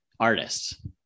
artists